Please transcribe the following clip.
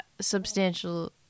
Substantial